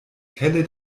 kelle